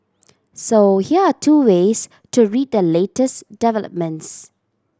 so here are two ways to read the latest developments